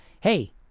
hey